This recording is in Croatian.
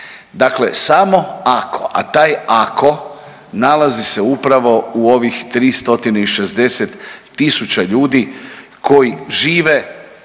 Dakle samo ako, a taj ako nalazi se upravo u ovih 360 tisuća ljudi koji žive